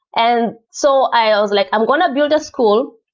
and so i ah was like, i'm going to build a school,